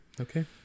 Okay